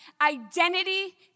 identity